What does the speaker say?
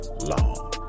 long